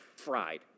fried